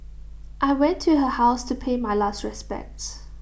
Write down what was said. I went to her house to pay my last respects